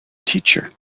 teacher